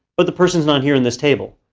but the person is not here in this table,